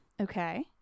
Okay